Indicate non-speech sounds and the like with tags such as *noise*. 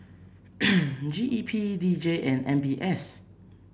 *noise* G E P D J and M B S